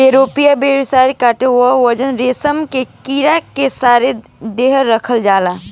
Beauveria bassiana कीट ह जवन रेशम के कीड़ा के सारा देह खा जाला